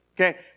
Okay